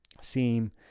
seem